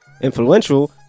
influential